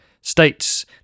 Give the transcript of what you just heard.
states